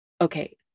okay